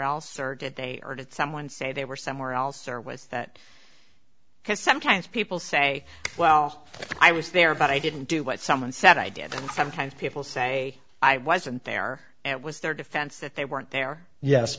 else or did they or did someone say they were somewhere else or was that because sometimes people say well i was there but i didn't do what someone said i did sometimes people say i wasn't there it was their defense that they weren't there yes